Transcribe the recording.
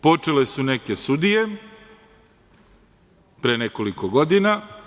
Počele su neke sudije, pre nekoliko godina.